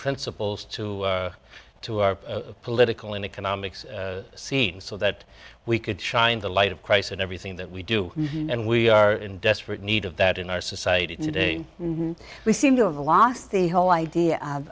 principles to to our political and economics scene so that we could shine the light of christ in everything that we do and we are in desperate need of that in our society today and we seem to have the last the whole idea of